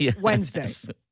Wednesday